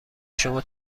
شما